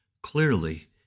Clearly